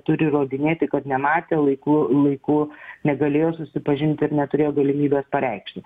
turi įrodinėti kad nematė laiku laiku negalėjo susipažinti ir neturėjo galimybės pareikšti